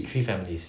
three families